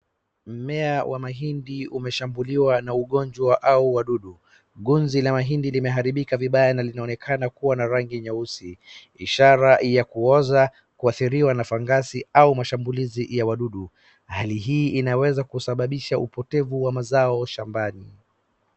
Mmea wa mahindi umeshambuliwa na ugonjwa au wadudu. Ngozi la mahindi limeharibika vibaya na linaonekana kuwa na rangi nyeusi ishara ya kuoza, kuadhiliwa na fangasi au mashambulizi ya wadudu hali hii inaeza kusababisha upotevu wa mazao shambani.